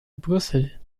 brüssel